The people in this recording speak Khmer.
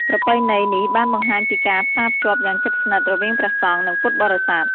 ប្រពៃណីនេះបានបង្ហាញពីការផ្សារភ្ជាប់យ៉ាងជិតស្និទ្ធរវាងព្រះសង្ឃ និងពុទ្ធបរិស័ទ។